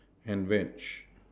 and veg